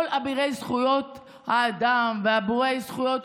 כל אבירי זכויות האדם ואבירי הזכויות,